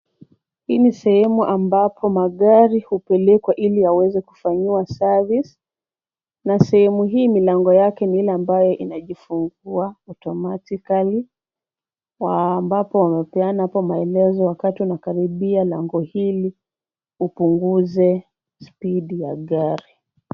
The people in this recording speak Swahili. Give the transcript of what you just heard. Hii ni sehemu ambapo magari hupelekwa ili yaweze kufanyiwa service .Na sehemu hii milango yake ni ile ambae inajifungua automatically .Ambapo wamepeana hapo maelezo wakati unakaribia lango hili upunguze speed ya gari.